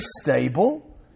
stable